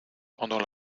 pendant